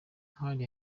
ntwari